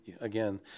again